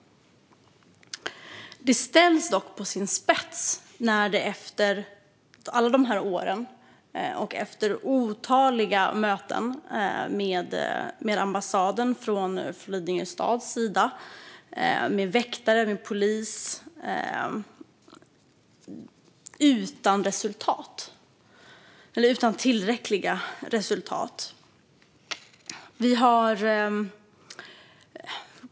Det ställs dock på sin spets när det efter alla dessa år, efter Lidingö stads otaliga möten med ambassaden och efter insatser av väktare och polis inte har gett tillräckliga resultat.